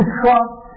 trust